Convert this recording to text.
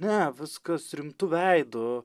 ne viskas rimtu veidu